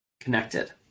connected